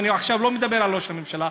ואני עכשיו לא מדבר על ראש הממשלה,